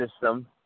system